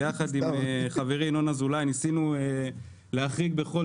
ביחד עם חברי ינון אזולאי ניסינו להחריג בכל